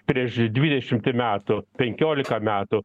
prieš dvidešimtį metų penkiolika metų